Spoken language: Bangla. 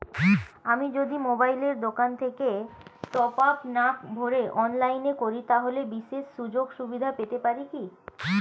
আমি যদি মোবাইলের দোকান থেকে টপআপ না ভরে অনলাইনে করি তাহলে বিশেষ সুযোগসুবিধা পেতে পারি কি?